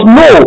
no